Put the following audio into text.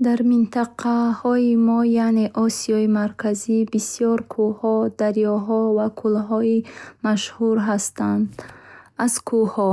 Дар минтақаи мо яъне Осиёи Марказӣ, бисёр кӯҳҳо, дарёҳо ва кӯлҳои машҳур ҳастанд. Аз кӯҳҳо: